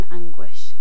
anguish